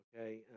okay